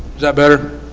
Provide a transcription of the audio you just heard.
that better?